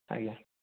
ଆଜ୍ଞା